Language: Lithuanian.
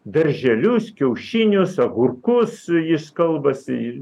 darželius kiaušinius agurkus jis kalbasi